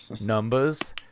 numbers